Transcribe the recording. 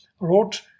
wrote